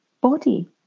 body